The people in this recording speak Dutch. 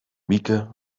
mieke